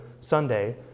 Sunday